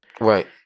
Right